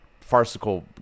Farcical